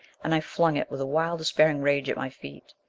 and i flung it with a wild despairing rage at my feet.